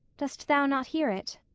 dost thou not hear it?